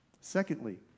Secondly